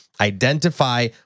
Identify